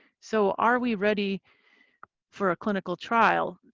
so are we ready for a clinical trial?